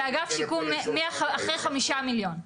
באגף שיקום אחרי חמישה מיליון.